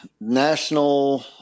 national